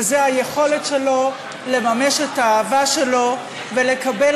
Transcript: וזה היכולת שלו לממש את האהבה שלו ולקבל